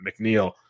McNeil